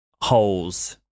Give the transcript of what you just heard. holes